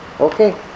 Okay